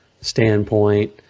standpoint